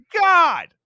God